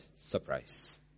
surprise